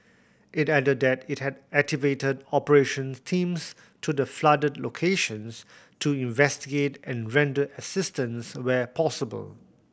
it added that it had activated operation teams to the flooded locations to investigate and render assistance where possible